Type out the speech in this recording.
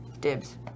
Dibs